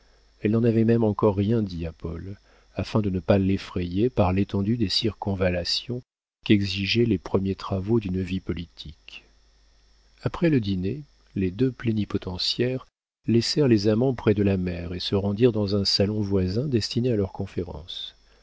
elle n'en avait même encore rien dit à paul afin de ne pas l'effrayer par l'étendue des circonvallations qu'exigeaient les premiers travaux d'une vie politique après le dîner les deux plénipotentiaires laissèrent les amants près de la mère et se rendirent dans un salon voisin destiné à leur conférence